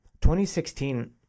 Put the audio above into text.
2016